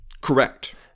Correct